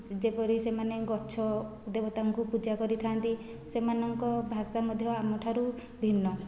ଯେପରି ସେମାନେ ଗଛ ଦେବତାଙ୍କୁ ପୂଜା କରିଥାନ୍ତି ସେମାନଙ୍କ ଭାଷା ମଧ୍ୟ ଆମ ଠାରୁ ଭିନ୍ନ